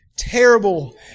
terrible